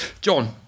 John